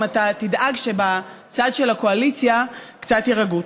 אם אתה תדאג שבצד של הקואליציה קצת יירגעו.